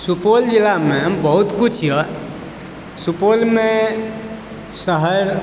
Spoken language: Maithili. सुपौल जिलामे बहुत किछु यऽ सुपौलमे सहर